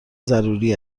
ضروری